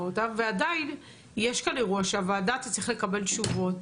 ועדיין יש כאן אירוע שהוועדה תצטרך לקבל תשובות